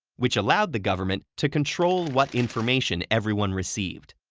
which allowed the government to control what information everyone received.